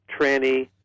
tranny